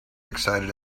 excited